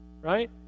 right